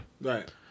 Right